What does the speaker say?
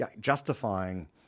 justifying